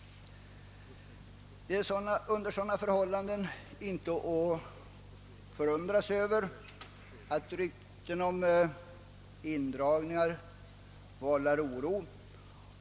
Man kan under sådana förhållanden inte förundra sig över att rykten om indragningar vållar oro.